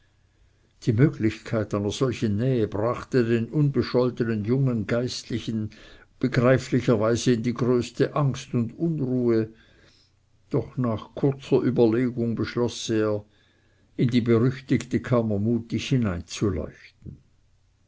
die möglichkeit einer solchen nähe brachte den unbescholtenen jungen geistlichen begreiflicherweise in die größte angst und unruhe doch nach kurzer überlegung beschloß er in die berüchtigte kammer mutig